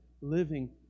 living